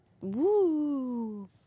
woo